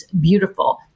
beautiful